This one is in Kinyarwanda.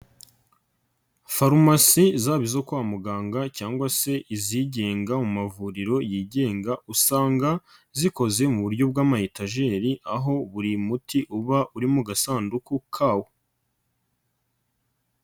Farumasi zaba izo kwa muganga cyangwa se izigenga mu mavuriro yigenga usanga zikoze mu buryo bw'amayetajeri aho buri muti uba uri mu gasanduku kawo.